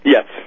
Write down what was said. Yes